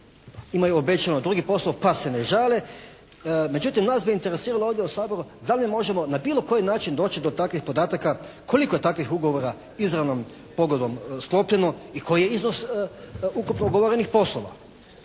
imaj obećani drugi posao pa se ne žale. Međutim, nas bi interesiralo ovdje u Saboru da li možemo na bilo koji način doći do takvih podataka koliko je takvih ugovora izravnom pogodbom sklopljeno i koji je iznos ukupno ugovorenih poslova.